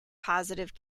positive